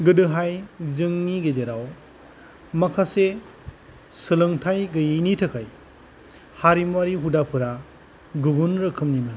गोदोहाय जोंनि गेजेराव माखासे सोलोंथाइ गैयैनि थाखाय हारिमुआरि हुदाफोरा गुबुन रोखोमनिमोन